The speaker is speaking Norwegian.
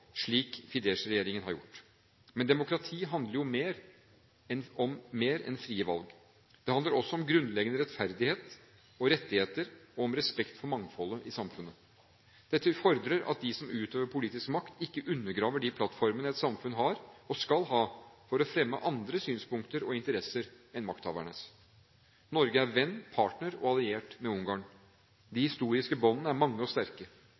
slik Fidesz-regjeringen har gjort. Men demokrati handler om mer enn frie valg. Det handler også om grunnleggende rettferdighet, rettigheter og respekt for mangfoldet i samfunnet. Dette fordrer at de som utøver politisk makt, ikke undergraver de plattformene et samfunn har, og skal ha, for å fremme andre synspunkter og interesser enn makthavernes. Norge er venn, partner og alliert med Ungarn. De historiske båndene er mange og sterke.